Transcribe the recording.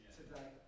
today